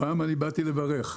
הפעם באתי לברך.